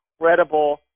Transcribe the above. incredible